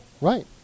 Right